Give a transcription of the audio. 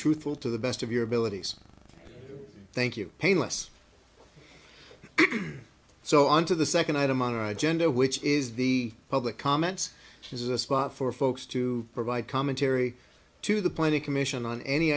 truthful to the best of your abilities thank you painless so on to the second item on our agenda which is the public comments she's a spot for folks to provide commentary to the planning commission on any